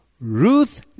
Ruth